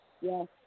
Yes